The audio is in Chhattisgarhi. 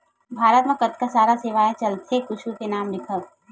भारत मा कतका सारा सेवाएं चलथे कुछु के नाम लिखव?